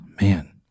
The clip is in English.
man